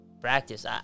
Practice